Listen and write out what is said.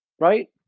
Right